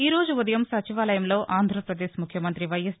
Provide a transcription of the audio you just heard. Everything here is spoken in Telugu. ఈ రోజు ఉదయం సచివాలయంలో ఆంర్రప్రదేశ్ ముఖ్యమంతి వైఎస్